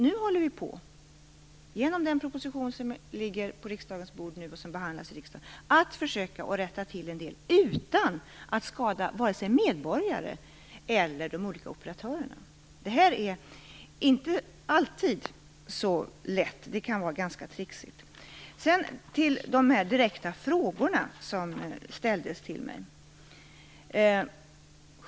Nu försöker vi, genom den proposition som ligger på riksdagens bord och som skall behandlas av riksdagen, rätta till en del utan att skada vare sig medborgare eller de olika operatörerna. Det är inte alltid så lätt. Tvärtom kan det vara ganska tricksigt. Sedan till de direkta frågor som ställts till mig.